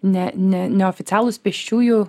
ne ne neoficialūs pėsčiųjų